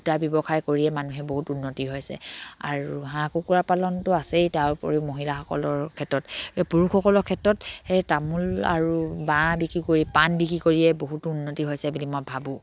দুটা ব্যৱসায় কৰিয়ে মানুহে বহুত উন্নতি হৈছে আৰু হাঁহ কুকুৰা পালনটো আছেই তাৰ উপৰিও মহিলাসকলৰ ক্ষেত্ৰত এই পুৰুষসকলৰ ক্ষেত্ৰত সেই তামোল আৰু বাঁহ বিক্ৰী কৰি পাণ বিক্ৰী কৰিয়ে বহুতো উন্নতি হৈছে বুলি মই ভাবোঁ